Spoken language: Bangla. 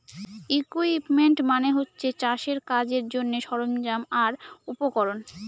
ইকুইপমেন্ট মানে হচ্ছে চাষের কাজের জন্যে সরঞ্জাম আর উপকরণ